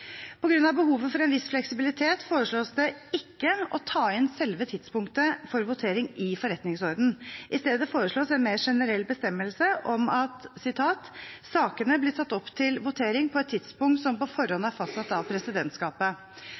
av behovet for en viss fleksibilitet foreslås det ikke å ta inn selve tidspunktet for votering i forretningsordenen. I stedet foreslås en mer generell bestemmelse om at «Sakene blir tatt opp til avstemning på et tidspunkt som på forhånd er fastsatt av presidentskapet.»